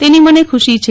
તેની મને ખુશી છે